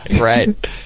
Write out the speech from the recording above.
Right